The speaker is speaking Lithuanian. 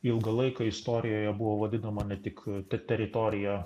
ilgą laiką istorijoje buvo vadinama ne tik ta teritorija